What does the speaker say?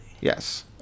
yes